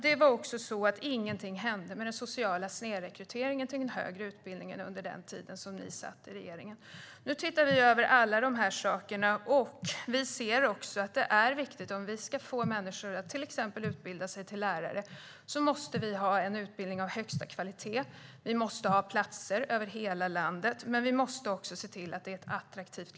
Det hände heller ingenting med den sociala snedrekryteringen till den högre utbildningen under den tid då ni satt i regeringen. Nu ser vi över alla dessa saker. Om vi ska få människor att utbilda sig till exempelvis lärare är det viktigt att ha en utbildning av högsta kvalitet. Vi måste ha platser över hela landet. Vi måste också se till att läraryrket är attraktivt.